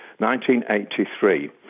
1983